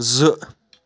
زٕ